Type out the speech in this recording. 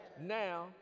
now